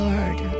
Lord